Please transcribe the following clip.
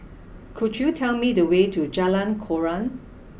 could you tell me the way to Jalan Koran